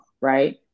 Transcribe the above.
right